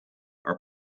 are